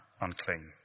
unclean